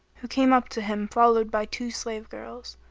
who came up to him followed by two slave girls.